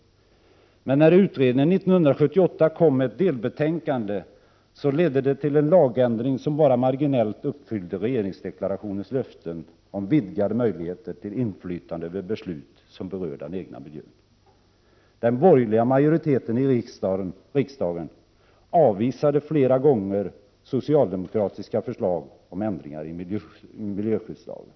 Men när utredningen 1978 kom med ett delbetänkande ledde det till en lagändring som bara marginellt uppfyllde regerings deklarationens löften om vidgade möjligheter till inflytande över beslut som berör den egna miljön. Den borgerliga majoriteten i riksdagen avvisade flera gånger socialdemokratiska förslag om ändringar i miljöskyddslagen.